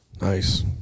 Nice